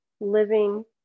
living